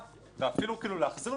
ואפילו להחזיר לו סמכויות,